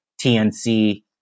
TNC